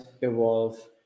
evolve